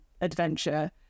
adventure